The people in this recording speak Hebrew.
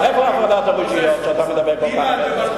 איפה הפרדת הרשויות שאתה מדבר עליה כל כך הרבה?